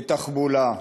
בתחבולה.